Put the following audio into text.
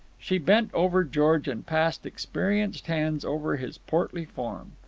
she bent over george and passed experienced hands over his portly form.